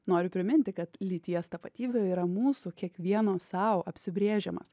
noriu priminti kad lyties tapatybė yra mūsų kiekvieno sau apsibrėžiamas